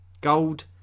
gold